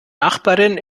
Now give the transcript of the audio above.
nachbarin